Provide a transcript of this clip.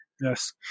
Yes